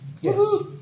Yes